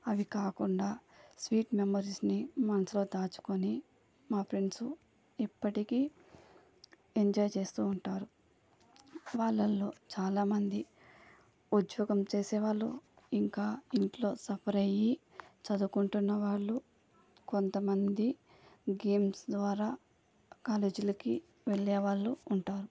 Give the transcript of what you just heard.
అవి కాకుండా స్వీట్ మెమరీస్ని మనసులో దాచుకొని మా ఫ్రెండ్స్ ఇప్పటికి ఎంజాయ్ చేస్తు ఉంటారు వాళ్ళలో చాలామంది ఉద్యోగం చేసే వాళ్ళు ఇంకా ఇంట్లో సఫర్ అయ్యి చదువుకుంటున్న వాళ్ళు కొంతమంది గేమ్స్ ద్వారా కాలేజీలకి వెళ్ళే వాళ్ళు ఉంటారు